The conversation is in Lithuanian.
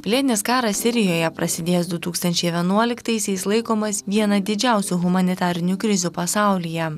pilietinis karas sirijoje prasidėjęs du tūkstančiai vienuoliktaisiais laikomas viena didžiausių humanitarinių krizių pasaulyje